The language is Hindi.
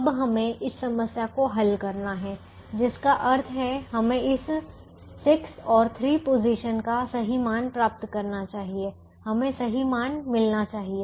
अब हमें इस समस्या को हल करना है जिसका अर्थ है हमें इस 6 और 3 पोजीशन का सही मान प्राप्त करना चाहिए हमें सही मान मिलना चाहिए